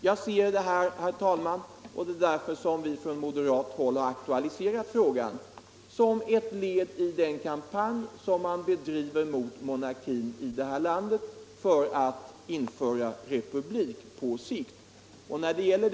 Jag ser borttagandet av beteckningen Kunglig — och det är därför som vi från moderat håll har aktualiserat frågan — som ett led i den kampanj som bedrivs mot monarkin i det här landet i syfte att på sikt införa republik.